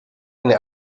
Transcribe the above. eine